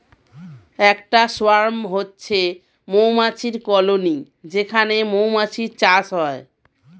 একটা সোয়ার্ম হচ্ছে মৌমাছির কলোনি যেখানে মৌমাছির চাষ হয়